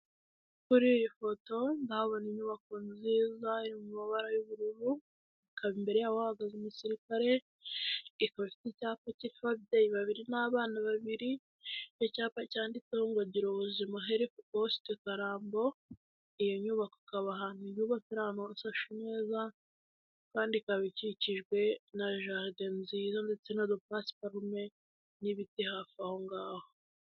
Kuri iyi foto ndabona inyubako nziza yo iri mu mabara y'ubururu, ikaba imbere yayo hagaze umusirikare ikaba ifite icyapa kiriho ababyeyi babiri n'abana babiri, icyo cyapa cyanditseho ngo gira ubuzima health poste karambo, iyo nyubako ikaba ahantu yubatswe iri ahantu ifashwe neza kandi ikaba ikikijwe na jarden nziza ndetse n'agapasparme n'ibiti hafi aho ngaho.